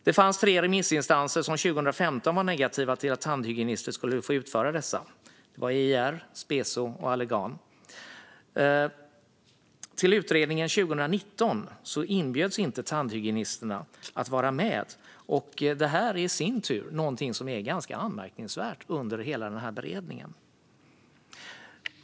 Det fanns tre remissinstanser som 2015 var negativa till att tandhygienister skulle få utföra dessa: EIR, Speso och Allergan. Till utredningen 2019 inbjöds inte tandhygienisterna att vara med, något som i sin tur är ganska anmärkningsvärt under hela beredningen.